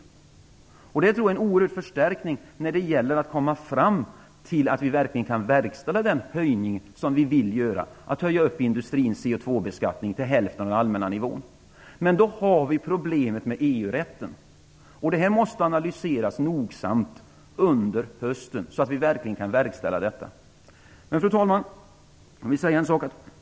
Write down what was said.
Jag tror att det då blir en oerhörd förstärkning av möjligheterna att verkställa den höjning som vi vill genomföra av industrins CO2-beskattning till hälften av den allmänna nivån. Men vi har i detta sammanhang problemet med EU-rätten, som måste analyseras nogsamt under hösten för att vi skall kunna åstadkomma detta.